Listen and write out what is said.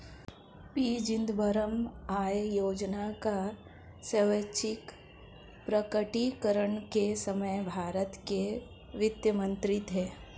P Chidambaram आय योजना का स्वैच्छिक प्रकटीकरण के समय भारत के वित्त मंत्री थे